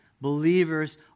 believers